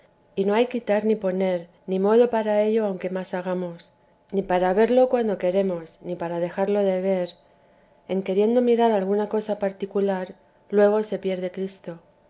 y no hay quitar ni poner ni modo para ello aunque más hagamos ni para verlo cuando queremos ni para dejarlo de ver en queriendo mirar alguna cosa particular luego se pierde cristo